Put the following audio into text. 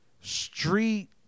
street